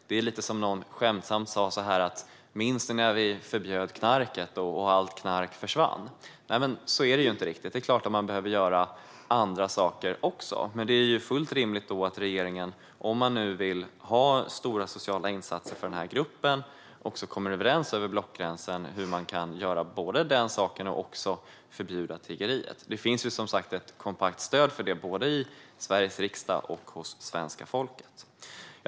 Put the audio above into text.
Det är som om någon skämtsamt skulle säga: Minns du när vi förbjöd knarket och allt knark försvann? Så är det inte riktigt. Det är klart att man behöver göra andra saker också, men det är fullt rimligt att regeringen, om man vill göra stora sociala insatser för gruppen, också kommer överens över blockgränsen om hur man kan göra både den saken och förbjuda tiggeriet. Det finns, som sagt, ett kompakt stöd för det både i Sveriges riksdag och hos svenska folket.